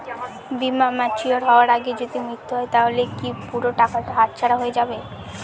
বীমা ম্যাচিওর হয়ার আগেই যদি মৃত্যু হয় তাহলে কি পুরো টাকাটা হাতছাড়া হয়ে যাবে?